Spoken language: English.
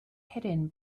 hidden